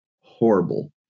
horrible